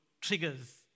triggers